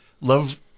love